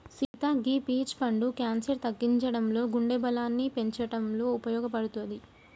సీత గీ పీచ్ పండు క్యాన్సర్ తగ్గించడంలో గుండె బలాన్ని పెంచటంలో ఉపయోపడుతది